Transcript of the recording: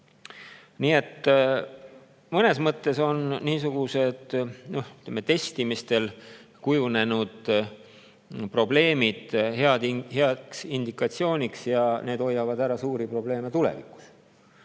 Nii et mõnes mõttes on niisugused testimistel ilmnenud probleemid heaks indikatsiooniks, need hoiavad ära suuri probleeme tulevikus.